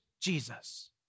Jesus